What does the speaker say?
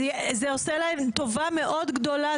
זה עושה להם טובה מאוד גדולה,